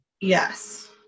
Yes